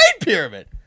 Pyramid